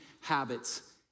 habits